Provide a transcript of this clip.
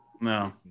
No